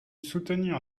soutenir